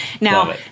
Now